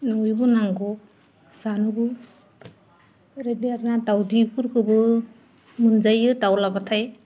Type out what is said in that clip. न'आवबो नांगौ जानोबो ओरैनो आरो दाउदैफोरखौबो मोनजायो दाउ लाबाथाय